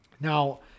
Now